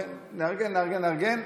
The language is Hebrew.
אומרים, נארגן, נארגן.